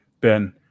Ben